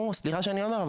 וסליחה שאני אומר את זה,